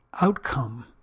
outcome